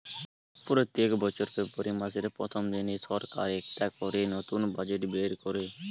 পোত্তেক বছর ফেব্রুয়ারী মাসের প্রথম দিনে সরকার একটা করে নতুন বাজেট বের কোরে